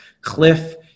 Cliff